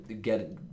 get